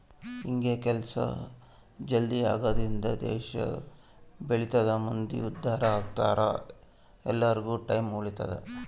ಹಿಂಗ ಕೆಲ್ಸ ಜಲ್ದೀ ಆಗದ್ರಿಂದ ದೇಶ ಬೆಳಿತದ ಮಂದಿ ಉದ್ದಾರ ಅಗ್ತರ ಎಲ್ಲಾರ್ಗು ಟೈಮ್ ಉಳಿತದ